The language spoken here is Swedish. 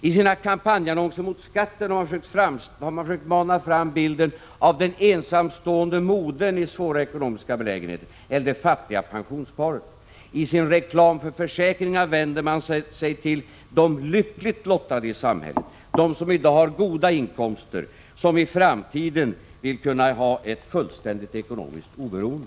I sina kampanjannonser mot skatten har försäkringsbolagen försökt mana fram bilden av den ensamstående modern i svår ekonomisk belägenhet eller det fattiga pensionärsparet. I sin reklam för försäkringar vänder sig försäkringsbolagen till de lyckligt lottade i samhället, till dem som i dag har goda inkomster och som i framtiden vill ha ett fullständigt ekonomiskt oberoende.